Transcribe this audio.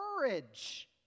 courage